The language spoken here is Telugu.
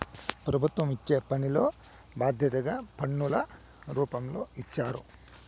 ప్రభుత్వం ఇచ్చే పనిలో బాధ్యతగా పన్నుల రూపంలో ఇచ్చారు